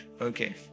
Okay